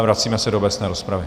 Vracíme se do obecné rozpravy.